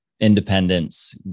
independence